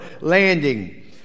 landing